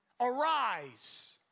arise